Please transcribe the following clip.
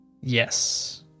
Yes